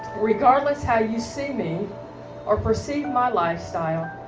regardless how you see me or perceive my lifestyle,